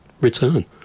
return